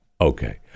okay